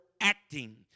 Acting